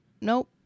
Nope